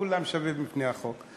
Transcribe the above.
כולם שווים בפני החוק.